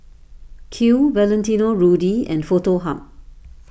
Qoo Valentino Rudy and Foto Hub